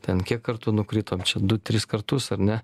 ten kiek kartų nukritom čia du tris kartus ar ne